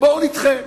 בואו נדחה.